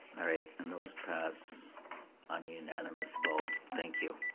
alright, and those pass on a unanimous vote, thank you.